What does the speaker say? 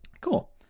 cool